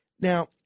Now